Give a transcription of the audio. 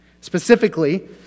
Specifically